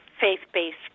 faith-based